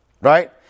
right